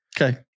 Okay